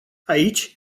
aici